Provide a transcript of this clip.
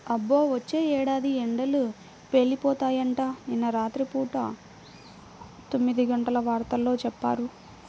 అబ్బో, వచ్చే ఏడాది ఎండలు పేలిపోతాయంట, నిన్న రాత్రి పూట తొమ్మిదిగంటల వార్తల్లో చెప్పారు